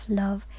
love